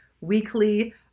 weekly